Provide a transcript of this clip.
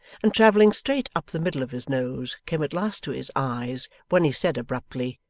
and travelling straight up the middle of his nose came at last to his eyes, when he said abruptly,